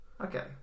Okay